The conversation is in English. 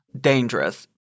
Dangerous